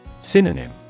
Synonym